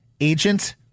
agent